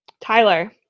Tyler